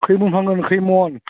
खै मन फानगोन खै मन